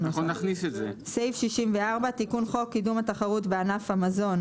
תיקון חוק קידום התחרות בענף המזון